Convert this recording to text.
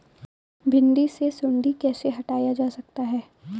भिंडी से सुंडी कैसे हटाया जा सकता है?